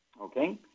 Okay